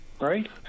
right